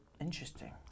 Interesting